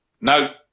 No